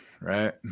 right